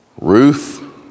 Ruth